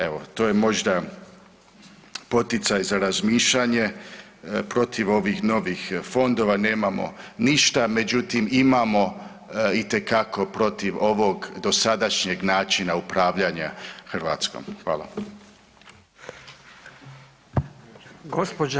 Evo, to je možda poticaj za razmišljanje, protiv ovih novih fondova nemamo ništa, međutim imamo itekako protiv ovog dosadašnjeg načina upravljanja Hrvatskom.